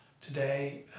today